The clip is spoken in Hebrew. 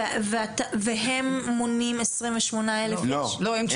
הם מונים 28,700?